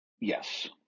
Yes